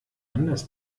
anders